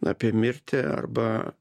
apie mirtį arba